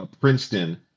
Princeton